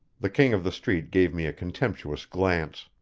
the king of the street gave me a contemptuous glance.